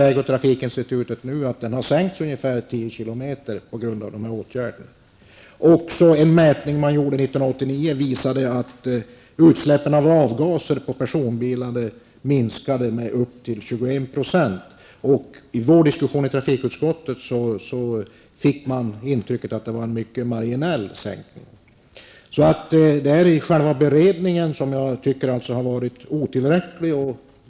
Väg och trafikinstitutet visar nu på att hastigheten sänkts med ungefär 10 km i timmen till följd av vidtagna åtgärder. En mätning som gjordes 1989 visar att utsläppen av avgaser från personbilar minskat med uppemot 21 %. I diskussionen i trafikutskottet fick man ett intryck av att det var fråga om en högst marginell sänkning. Det är alltså själva beredningen som jag tycker har varit otillräcklig.